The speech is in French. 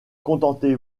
contentez